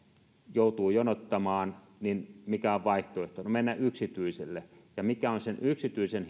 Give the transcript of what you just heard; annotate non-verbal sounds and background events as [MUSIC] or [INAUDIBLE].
joutuu jonottamaan niin mikä on vaihtoehto no mennä yksityiselle ja mikä on sen yksityisen [UNINTELLIGIBLE]